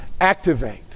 Activate